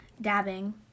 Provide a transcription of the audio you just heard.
dabbing